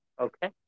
Okay